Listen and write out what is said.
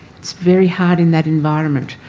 it's very hard in that environment.